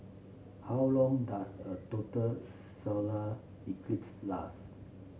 how long does a total solar eclipse last